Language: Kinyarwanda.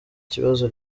kibazo